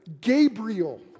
Gabriel